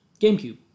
GameCube